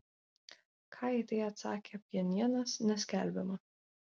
ką į tai atsakė pchenjanas neskelbiama